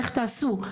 איך תעשו,